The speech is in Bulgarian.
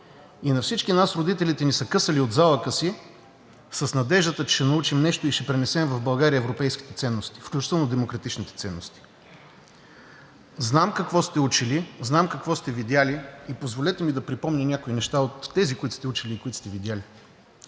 и на всички нас родителите ни са късали от залъка си с надеждата, че ще научим нещо и ще пренесем в България европейските ценности, включително демократичните ценности. Знам какво сте учили, знам какво сте видели и позволете ми да припомня някои неща от тези, които сте учили и които сте видели.